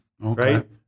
right